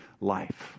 life